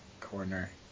corner